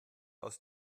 aus